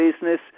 business